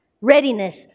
readiness